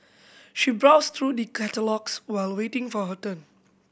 she browsed through the catalogues while waiting for her turn